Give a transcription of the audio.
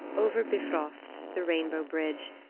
over bifrost, the rainbow bridge,